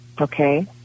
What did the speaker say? Okay